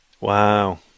Wow